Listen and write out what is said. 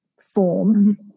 form